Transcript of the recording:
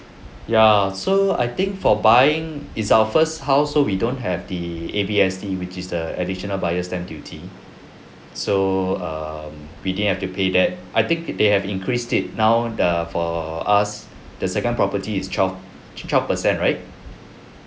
ya so I think for buying it's our first house so we don't have the A_B_S_D which is the additional buyer's stamp duty so err we didn't have to pay that I think they have increased it now the for us the second property is twelve twelve percent right